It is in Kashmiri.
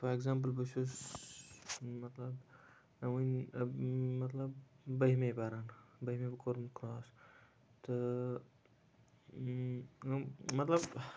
فار اٮ۪کزامپٔل بہٕ چھُس مطلب مےٚ وٕنہِ مطلب بٔہمہِ پَران بٔہمہِ کورُن کراس تہٕ یِم مطلب